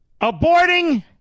Aborting